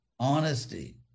honesty